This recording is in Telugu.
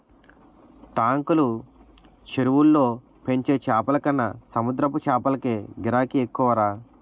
టాంకులు, చెరువుల్లో పెంచే చేపలకన్న సముద్రపు చేపలకే గిరాకీ ఎక్కువరా